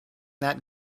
that